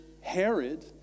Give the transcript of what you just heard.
Herod